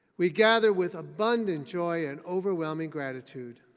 we gather with abundant joy and overwhelming gratitude.